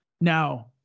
now